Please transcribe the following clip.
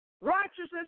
righteousness